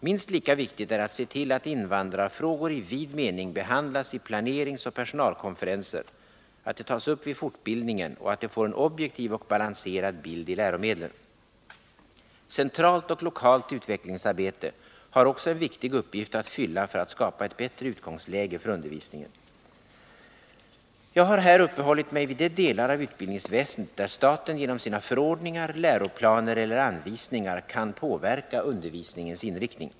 Minst lika viktigt är att se till att invandrarfrågor i vid mening behandlas i planeringsoch personalkonferenser, att de tas upp i fortbildningen och att de får en objektiv och balanserad bild i läromedlen. Centralt och lokalt utvecklingsarbete har också en viktig uppgift att fylla för att skapa ett bättre utgångsläge för undervisningen. Jag har här uppehållit mig vid de delar av utbildningsväsendet där staten genom sina förordningar, läroplaner eller anvisningar kan påverka undervisningens inriktning.